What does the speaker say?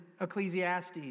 Ecclesiastes